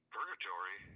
Purgatory